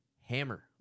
hammer